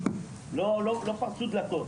לא פרצו דלתות,